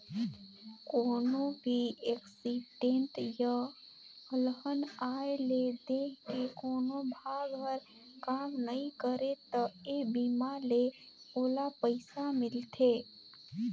कोनो भी एक्सीडेंट य अलहन आये ले देंह के कोनो भाग हर काम नइ करे त ए बीमा ले ओला पइसा मिलथे